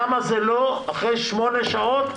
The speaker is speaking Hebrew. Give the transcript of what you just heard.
למה זה לא אחרי שמונה שעות,